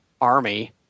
army